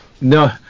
No